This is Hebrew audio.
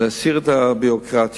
להסיר את הביורוקרטיה.